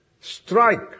strike